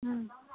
ಹ್ಞೂ